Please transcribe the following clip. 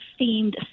themed